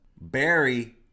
Barry